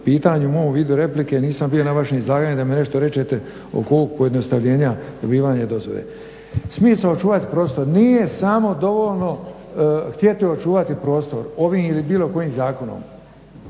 pitanju, u mom vidu replike nisam bio na vašem izlaganju da mi nešto rečete oko pojednostavljenja dobivanja dozvole. Smisao čuvat prostor nije samo dovoljno htjeti očuvati prostor ovim ili bilo kojim zakonom.